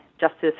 Justice